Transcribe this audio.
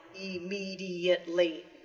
immediately